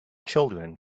children